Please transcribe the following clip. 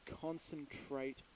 concentrate